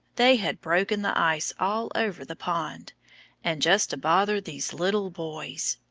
they had broken the ice all over the pond and just to bother these little boys.